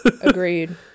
Agreed